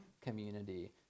community